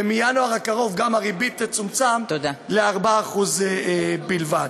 ומינואר הקרוב גם הריבית תצומצם ל-4% בלבד.